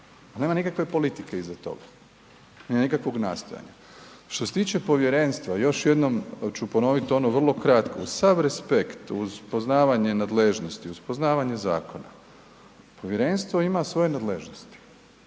nema nikakve politike iza toga, nema nikakvog nastojanja. Što se tiče povjerenstva, još jednom ću ponoviti ono vrlo kratko, uz sav respekt, uz poznavanje nadležnosti, uz poznavanje zakona, povjerenstvo ima svoje nadležnosti,